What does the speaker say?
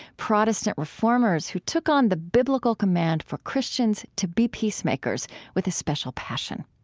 protestant reformers who took on the biblical command for christians to be peacemakers with a special passion.